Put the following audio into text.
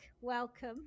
Welcome